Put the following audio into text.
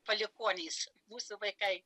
palikuonys mūsų vaikai